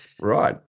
Right